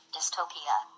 Dystopia